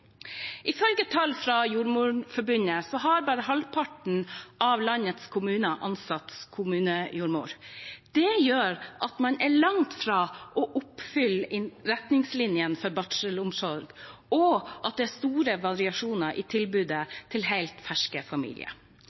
Ifølge tall fra Jordmorforbundet har bare halvparten av landets kommuner ansatt kommunejordmor. Det gjør at man er langt fra å oppfylle retningslinjene for barselomsorgen, og at det er store variasjoner i tilbudet til helt ferske familier.